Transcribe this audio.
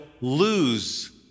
lose